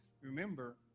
Remember